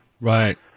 Right